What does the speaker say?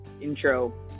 intro